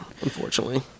Unfortunately